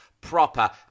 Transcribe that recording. proper